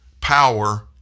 power